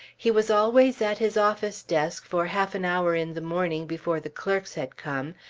he was always at his office-desk for half an hour in the morning, before the clerks had come,